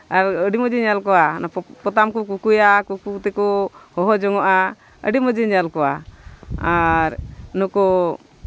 ᱟᱨ ᱟᱹᱰᱤ ᱢᱚᱡᱽ ᱤᱧ ᱧᱮᱞ ᱠᱚᱣᱟ ᱯᱚᱛᱟᱢ ᱠᱚ ᱠᱩᱠᱩᱭᱟ ᱠᱩᱠᱩ ᱛᱮᱠᱚ ᱦᱚᱦᱚ ᱡᱚᱜᱚᱜᱼᱟ ᱟᱹᱰᱤ ᱢᱚᱡᱽ ᱤᱧ ᱧᱮᱞ ᱠᱚᱣᱟ ᱟᱨ ᱱᱩᱠᱩ